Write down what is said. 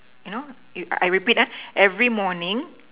you know you I repeat ah every morning